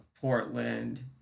Portland